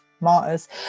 Martyrs